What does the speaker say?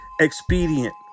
expedient